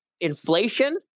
inflation